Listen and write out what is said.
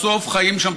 בסוף חיים שם,